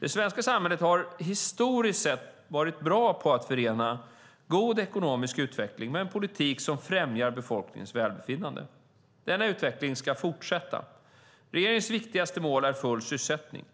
Det svenska samhället har historiskt sett varit bra på att förena god ekonomisk utveckling med en politik som främjar befolkningens välbefinnande. Denna utveckling ska fortsätta. Regeringens viktigaste mål är full sysselsättning.